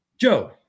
Joe